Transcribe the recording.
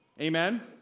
Amen